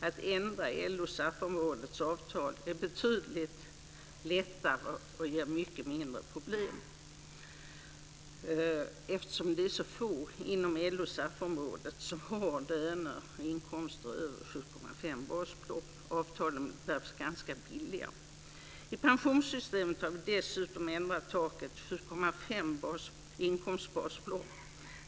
Att ändra avtalen på LO och SAF området är betydligt lättare och ger mycket färre problem, eftersom det är så få inom LO och SAF området som har inkomster över 7,5 basbelopp. Avtalen blir därför ganska billiga. I pensionssystemet har vi dessutom ändrat taket till 7,5 inkomstbasbelopp.